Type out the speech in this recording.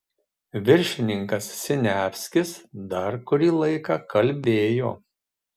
viršininkas siniavskis dar kurį laiką kalbėjo